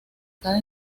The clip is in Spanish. cada